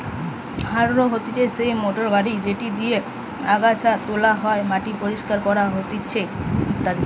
harrow হতিছে সেই motor গাড়ি যেটি দিয়া আগাছা তোলা হয়, মাটি পরিষ্কার করা হতিছে ইত্যাদি